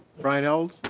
brian l's.